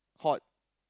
hot